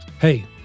Hey